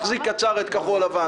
וזה להחזיק קצר את כחול לבן.